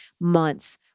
months